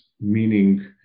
meaning